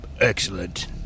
Excellent